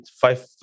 five